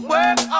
Work